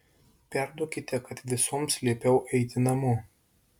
perduokite kad visoms liepiau eiti namo